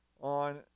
On